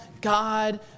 God